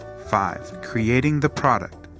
five. creating the product.